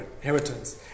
inheritance